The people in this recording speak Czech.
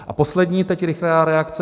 A poslední rychlá reakce.